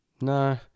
No